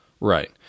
Right